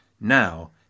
now